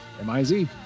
M-I-Z